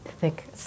thick